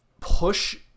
push